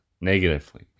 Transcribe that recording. negatively